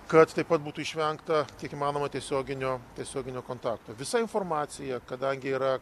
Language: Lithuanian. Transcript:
kad taip pat būtų išvengta tiek įmanoma tiesioginio tiesioginio kontakto visa informacija kadangi yra